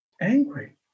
angry